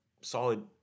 solid